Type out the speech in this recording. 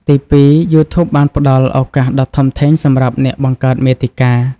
ទីពីរ យូធូបបានផ្ដល់ ឱកាសដ៏ធំធេងសម្រាប់អ្នកបង្កើតមាតិកា។